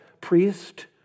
priest